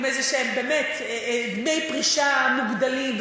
עם איזה דמי פרישה מוגדלים.